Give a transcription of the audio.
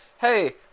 Hey